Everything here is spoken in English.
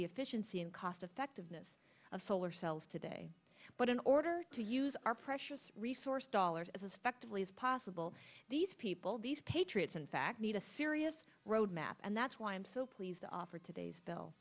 the efficiency and cost effectiveness of solar cells today but in order to use our precious resource dollars as a spectacle is possible these people these patriots in fact need a serious roadmap and that's why i am so pleased to offer today's